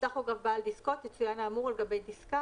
בטכוגרף בעל דיסקות מצוין האמור על גבי דיסקה